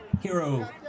Hero